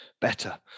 better